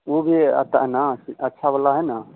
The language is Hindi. उ भी आता है ना अच्छा वाल है न